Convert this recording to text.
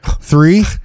three